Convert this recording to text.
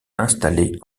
installé